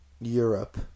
Europe